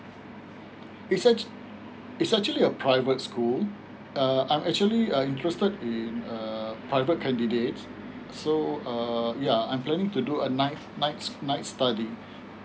it's act~ it's actually a private school uh I'm actually uh interested in uh private candidates so uh ya I'm planning to do a night night nights study